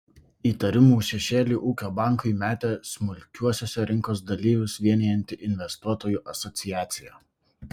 įtarimų šešėlį ūkio bankui metė smulkiuosiuose rinkos dalyvius vienijanti investuotojų asociacija